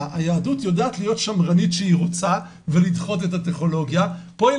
- היהדות יודעת להיות שמרנית שהיא רוצה ולדחות את הטכנולוגיה פה היא